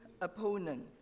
opponent